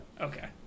okay